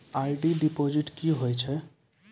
RD deposit की होय छै?